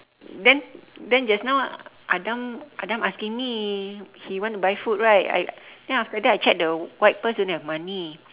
then then just now Adam Adam asking me he want to buy food right I then after that I check the white purse don't have money